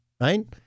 Right